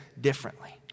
differently